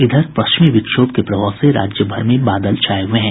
इधर पश्चिमी विक्षोभ के प्रभाव से राज्यभर में बादल छाये हये हैं